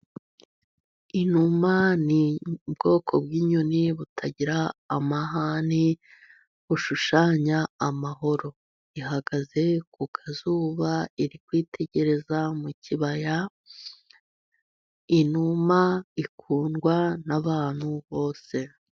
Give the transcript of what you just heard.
Inuma ni ubwoko bw'inyoni butagira amahane, bushushanya amahoro. Ihagaze ku kazuba, iri kwitegereza mu kibaya, inuma ikundwa n'abantu bose.